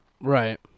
Right